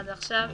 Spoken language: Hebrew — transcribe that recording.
עד עכשיו.